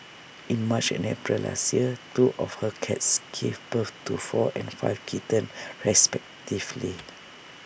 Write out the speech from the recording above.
in March and April last year two of her cats gave birth to four and five kittens respectively